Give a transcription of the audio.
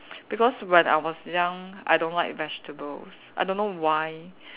because when I was young I don't like vegetables I don't know why